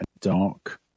dark